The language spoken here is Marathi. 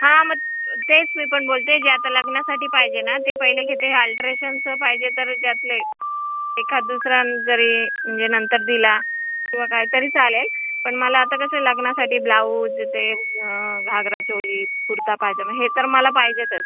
हां मग तेच मी पण बोलते जे आता लग्नासाठी पाहिजे ना ते पहिले घेते अल्ट्रेशनचं पाहिजे तर त्यातले एखाद दुसरा जरी म्हणजे नंतर दिला किंवा काय तरी चालेल पण मला आता कसं लग्नासाठी ब्लाऊज ते घागरा चोली कुर्ता पायजमा हे तर मला पाहिजे आहेतच